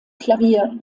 klavier